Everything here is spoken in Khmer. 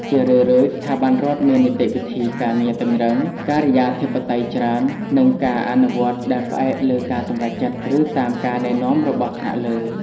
ជារឿយៗ ស្ថាប័នរដ្ឋមាននីតិវិធីការងារតឹងរ៉ឹង ការិយាធិបតេយ្យច្រើន និងការអនុវត្តដែលផ្អែកលើការសម្រេចចិត្ត ឬតាមការណែនាំរបស់ថ្នាក់លើ។